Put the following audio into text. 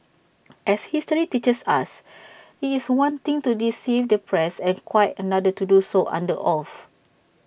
as history teaches us IT is one thing to deceive the press and quite another to do so under oath